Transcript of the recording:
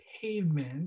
pavement